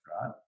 right